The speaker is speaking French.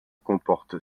comporte